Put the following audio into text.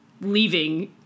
leaving